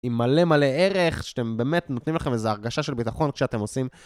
עם מלא מלא ערך, שאתם באמת נותנים לכם איזו הרגשה של ביטחון כשאתם עושים...